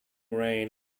rain